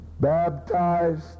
baptized